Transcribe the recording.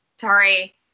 Sorry